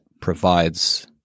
provides